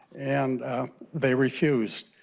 and they refused,